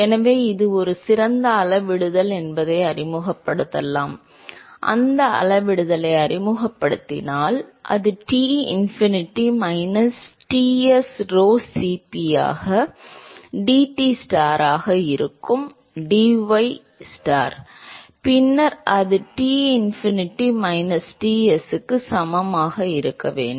எனவே இது ஒரு சிறந்த அளவிடுதல் என்பதை அறிமுகப்படுத்தலாம் எனவே அந்த அளவிடுதலை அறிமுகப்படுத்தினால் அது T infinity minus Ts rho Cp ஆக dTstar ஆக இருக்கும் dy நட்சத்திரம் பின்னர் அது டின்ஃபினிட்டி மைனஸ் Tsக்கு சமமாக இருக்க வேண்டும்